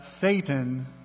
Satan